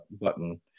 button